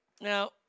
Now